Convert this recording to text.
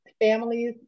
families